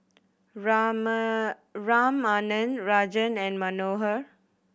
Raman Ramanand Rajan and Manohar